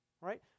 right